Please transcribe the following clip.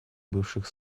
бывших